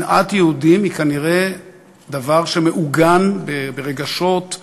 שנאת יהודים היא כנראה דבר שמעוגן ברגשות,